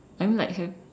I mean like have